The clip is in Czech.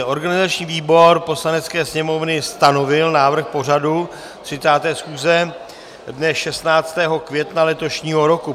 Organizační výbor Poslanecké sněmovny stanovil návrh pořadu 30. schůze dne 16. května letošního roku.